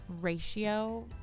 ratio